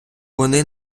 вони